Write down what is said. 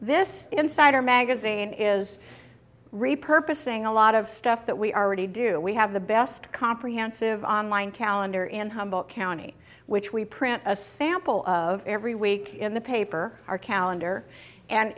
this insider magazine is repurposed saying a lot of stuff that we are already do we have the best comprehensive on line calendar in humboldt county which we print a sample of every week in the paper our calendar and